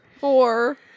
Four